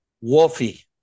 Wolfie